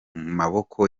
maboko